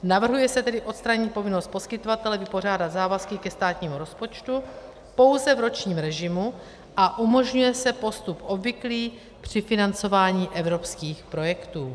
Navrhuje se tedy odstranit povinnost poskytovatele vypořádat závazky ke státnímu rozpočtu pouze v ročním režimu a umožňuje se postup obvyklý při financování evropských projektů.